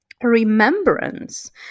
remembrance